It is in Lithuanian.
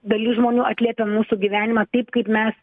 dalis žmonių atliepia mūsų gyvenimą taip kaip mes